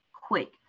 quick